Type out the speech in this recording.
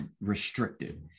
restricted